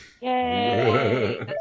Yay